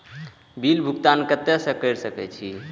Bill भुगतान केते से कर सके छी?